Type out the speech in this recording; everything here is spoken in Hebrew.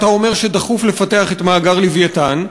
אתה אומר שדחוף לפתח את מאגר "לווייתן",